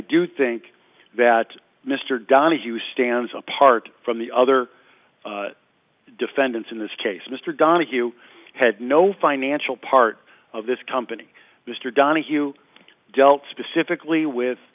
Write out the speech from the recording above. do think that mr donohue stands apart from the other defendants in this case mr donahue had no financial part of this company mr donohue dealt specifically with